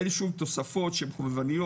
אין לי שום תוספות שהן חובבניות,